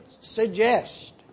suggest